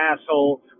asshole